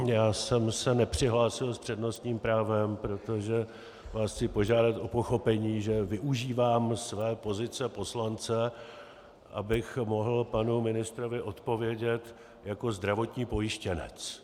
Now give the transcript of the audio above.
Já jsem se nepřihlásil s přednostním právem, protože vás chci požádat o pochopení, že využívám své pozice poslance, abych mohl panu ministrovi odpovědět jako zdravotní pojištěnec.